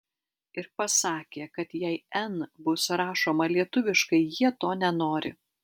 ir pasakė kad jei n bus rašoma lietuviškai jie to nenori